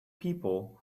people